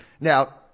Now